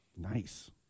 Nice